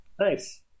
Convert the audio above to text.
Nice